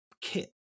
kit